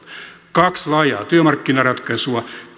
kaksi laajaa työmarkkinaratkaisua